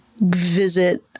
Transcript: visit